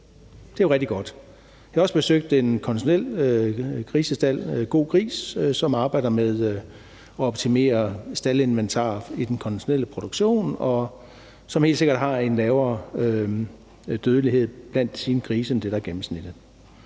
Det er jo rigtig godt. Jeg har også besøgt en konventionel grisestald, Go-gris, som arbejder med at optimere staldinventar i den konventionelle produktion, og som helt sikkert har en lavere dødelighed blandt deres grise end det, der er gennemsnittet.